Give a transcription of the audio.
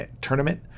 tournament